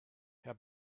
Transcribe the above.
herr